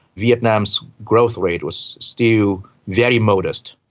vietnam's growth rate was still very modest.